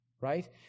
right